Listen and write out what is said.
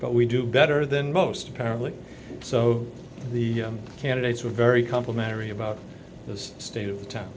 but we do better than most apparently so the candidates were very complimentary about the state of t